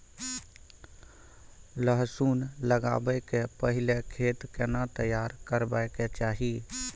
लहसुन लगाबै के पहिले खेत केना तैयार करबा के चाही?